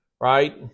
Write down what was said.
Right